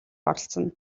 оролцоно